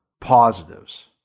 positives